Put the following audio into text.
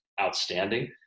outstanding